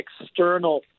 external